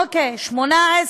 אוקיי, 18,